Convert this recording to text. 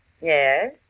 Yes